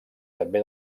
també